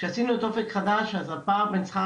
כשעשינו את אופק חדש אז הפער בין שכר